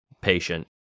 patient